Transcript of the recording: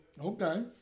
Okay